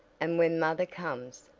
and when mother comes,